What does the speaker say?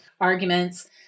arguments